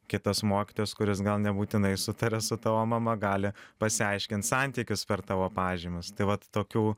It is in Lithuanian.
kitas mokytojas kuris gal nebūtinai sutaria su tavo mama gali pasiaiškint santykius per tavo pažymius tai vat tokių